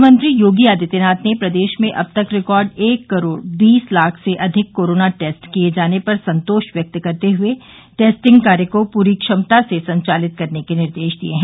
मुख्यमंत्री योगी आदित्यनाथ ने प्रदेश में अब तक रिकॉर्ड एक करोड़ बीस लाख से अधिक कोरोना टेस्ट किये जाने पर संतोष व्यक्त करते हुए टेस्टिंग कार्य को पूरी क्षमता से संचालित करने के निर्देश दिये हैं